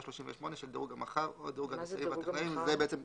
38 של דירוג המח"ר או דירוג ההנדסאים והטכנאים." מה זה דירוג המח"ר?